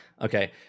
okay